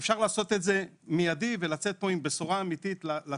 אפשר לעשות את זה מיידי ולצאת פה עם בשורה אמיתית לציבור.